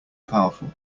powerful